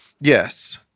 Yes